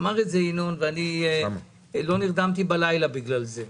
אמר את זה ינון ואני לא נרדמתי בגלל זה.